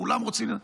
כולם רוצים.